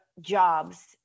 jobs